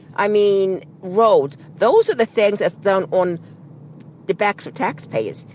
i mean roads. those are the things done on the backs of taxpayers.